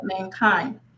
mankind